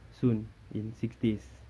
soon in six days